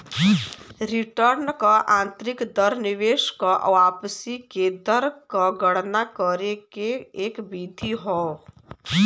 return क आंतरिक दर निवेश क वापसी क दर क गणना करे के एक विधि हौ